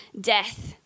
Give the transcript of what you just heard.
death